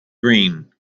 green